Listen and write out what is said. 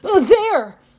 There